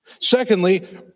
Secondly